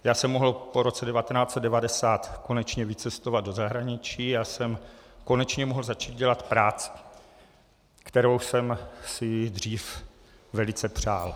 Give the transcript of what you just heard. Já jsem mohl po roce 1990 konečně vycestovat do zahraničí, já jsem konečně mohl začít dělat práci, kterou jsem si dřív velice přál.